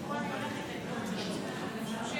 אחר כך אמרתי "תמה ההצבעה" גם אני, גם אני,